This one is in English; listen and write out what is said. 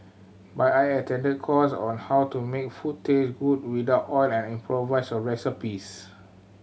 but I attended course on how to make food taste good without oil and improvise recipes